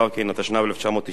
התשנ"ו 1996,